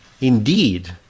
indeed